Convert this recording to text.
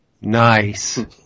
Nice